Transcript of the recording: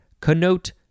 connote